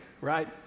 right